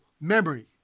memory